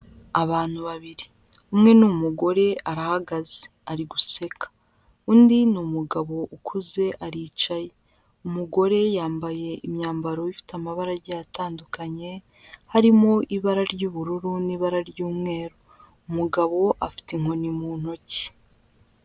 Abantu babiri, umwe ni umugore arahagaze ari guseka, undi ni umugabo ukuze aricaye, umugore yambaye imyambaro ifite amabara agiye atandukanye, harimo ibara ry'ubururu n'ibara ry'umweru, umugabo afite inkoni mu ntoki.